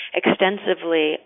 extensively